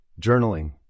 Journaling